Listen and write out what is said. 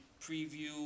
preview